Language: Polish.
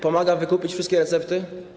Pomaga wykupić wszystkie recepty?